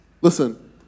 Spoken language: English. Listen